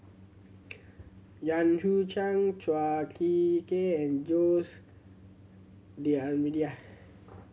Yan Hu Chang Chua Ek Kay and Jose D'Almeida